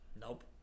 Nope